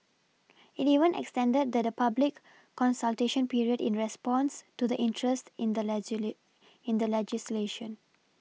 it even extended that the public consultation period in response to the interest in the in the legislation